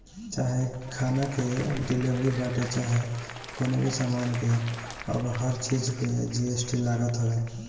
चाहे खाना के डिलीवरी बाटे चाहे कवनो भी सामान के अब हर चीज पे जी.एस.टी लागत हवे